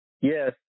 Yes